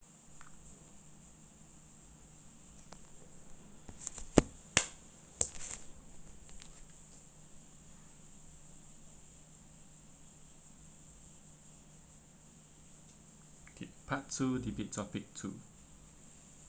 okay part two debate topic two